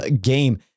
game